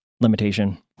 limitation